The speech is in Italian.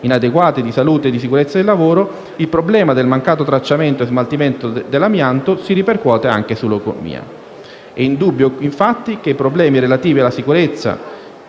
inadeguate di salute e di sicurezza sul lavoro, il problema del mancato tracciamento e smaltimento dell'amianto si ripercuote anche sull'economia. È indubbio, infatti, che i problemi relativi alla salute